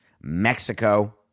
Mexico